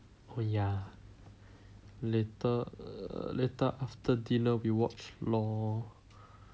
oh ya later later after dinner we watch lor